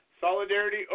Solidarity